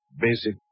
basic